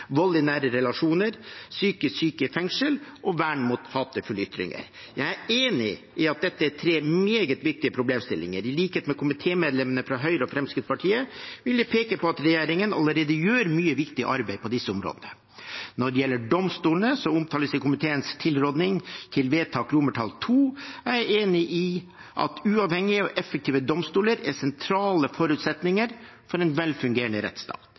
vold i nære relasjoner, psykisk syke i fengsel og vern mot hatefulle ytringer. Jeg er enig i at dette er tre meget viktige problemstillinger. I likhet med komitémedlemmene fra Høyre og Fremskrittspartiet vil jeg peke på at regjeringen allerede gjør mye viktig arbeid på disse områdene. Når det gjelder domstolene, som omtales i komiteens tilråding til vedtak II, er jeg enig i at uavhengige og effektive domstoler er sentrale forutsetninger for en velfungerende rettsstat.